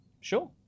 sure